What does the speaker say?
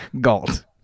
Galt